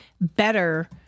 better